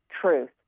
truth